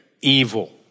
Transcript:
Evil